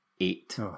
Eight